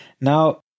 Now